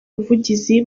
ubuvugizi